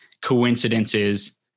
coincidences